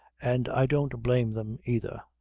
and i don't blame them either.